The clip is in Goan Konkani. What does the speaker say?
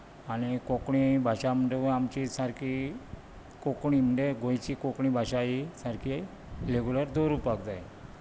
आनी कोंकणी भाशा म्हणटकूच आमची सारकी कोंकणी म्हणजे गोंयची कोंकणी भाशा ही सारकी रेगूलर दवरूपाक जाय